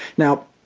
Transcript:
now,